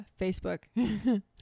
facebook